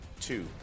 two